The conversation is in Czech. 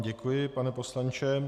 Děkuji vám, pane poslanče.